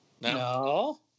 No